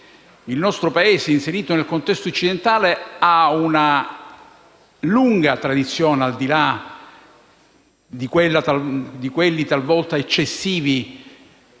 Il nostro Paese, inserito nel contesto occidentale, ha una lunga tradizione, al di là dei comportamenti talvolta eccessivi